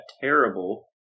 Terrible